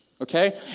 okay